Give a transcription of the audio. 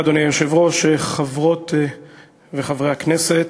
אדוני היושב-ראש, חברות וחברי הכנסת,